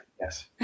Yes